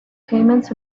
payments